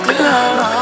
love